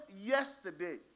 yesterday